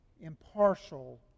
impartial